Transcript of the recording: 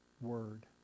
word